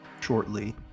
shortly